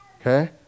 Okay